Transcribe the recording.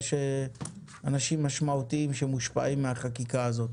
שאנשים משמעותיים שמושפעים מהחקיקה הזאת